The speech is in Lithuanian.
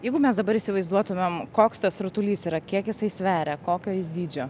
jeigu mes dabar įsivaizduotumėm koks tas rutulys yra kiek jisai sveria kokio jis dydžio